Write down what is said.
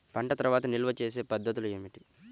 పంట తర్వాత నిల్వ చేసే పద్ధతులు ఏమిటి?